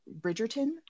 bridgerton